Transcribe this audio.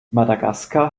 madagaskar